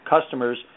customers